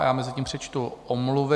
A já mezitím přečtu omluvy.